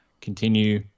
continue